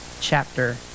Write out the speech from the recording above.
chapter